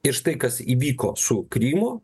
ir štai kas įvyko su krymu